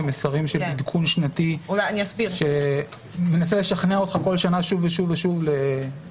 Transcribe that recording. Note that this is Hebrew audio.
גם מסרים של עדכון שנתי שמנסה לשכנע אותך בכל שנה שוב ושוב ושוב להצטרף.